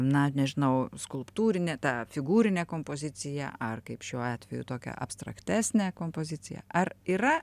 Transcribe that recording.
na nežinau skulptūrinę tą figūrinę kompoziciją ar kaip šiuo atveju tokią abstraktesnę kompoziciją ar yra